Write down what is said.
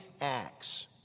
acts